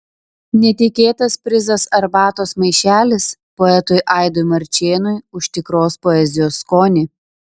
netikėtas prizas arbatos maišelis poetui aidui marčėnui už tikros poezijos skonį